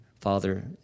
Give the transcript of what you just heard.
Father